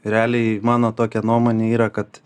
realiai mano tokia nuomonė yra kad